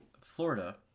Florida